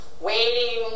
waiting